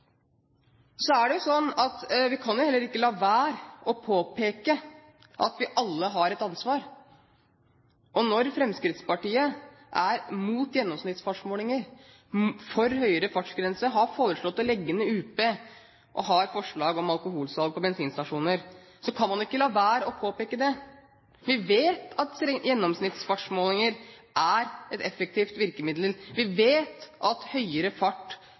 så ta igjen vedlikeholdsetterslepet. Det å legge nytt asfaltdekke på veiene er viktig trafikksikkerhetsarbeid. Vi kan jo heller ikke la være å påpeke at vi alle har et ansvar. Når Fremskrittspartiet er imot gjennomsnittsfartsmålinger, er for høyere fartsgrense, har foreslått å legge ned UP og har forslag om alkoholsalg på bensinstasjoner, kan man ikke la være å påpeke det. Vi vet at gjennomsnittsfartsmålinger er et effektivt virkemiddel. Vi vet at høyere fart